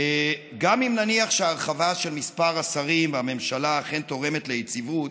גם אם נניח שהרחבה של מספר השרים בממשלה אכן תורמת ליציבות,